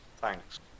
Thanks